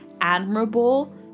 admirable